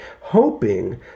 hoping